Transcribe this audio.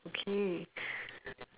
okay